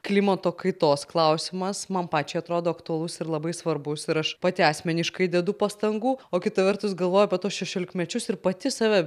klimato kaitos klausimas man pačiai atrodo aktualus ir labai svarbus ir aš pati asmeniškai dedu pastangų o kita vertus galvoju apie tuos šešiolikmečius ir pati save